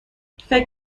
فکر